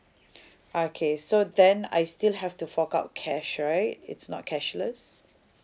okay so then I still have to fork out cash right it's not cashless